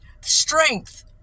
Strength